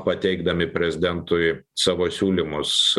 pateikdami prezidentui savo siūlymus